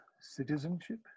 citizenship